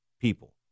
people